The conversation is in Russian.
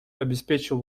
обеспечил